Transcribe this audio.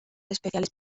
especiales